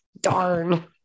darn